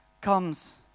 comes